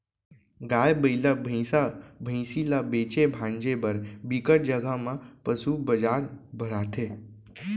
गाय, बइला, भइसा, भइसी ल बेचे भांजे बर बिकट जघा म पसू बजार भराथे